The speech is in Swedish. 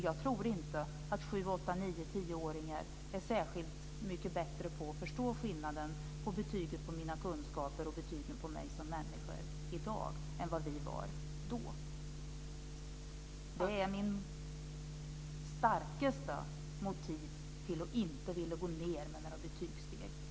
Jag tror inte att sju-, åtta-, nio och tioåringar i dag är särskilt mycket bättre än vi var på att förstå skillnaden mellan betyg på de egna kunskaperna och betyg på sig själv som människa. Detta är mina starkaste motiv för att inte vilja gå längre ned vad gäller betygssteg.